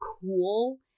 cool